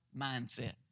mindset